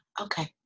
okay